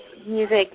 music